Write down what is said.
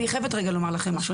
אני חייבת רגע לומר לכם משהו.